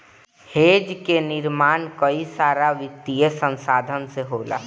hedge कअ निर्माण कई सारा वित्तीय संसाधन से होला